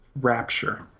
Rapture